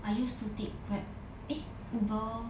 I used to take Grab eh Uber